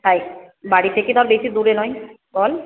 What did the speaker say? তাই বাড়ি থেকে ধর বেশি দূরে নয় বল